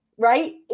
right